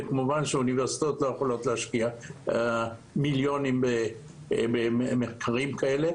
וכמובן אוניברסיטאות לא יכולות להשקיע מיליונים במחקרים כאלה.